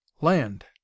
Land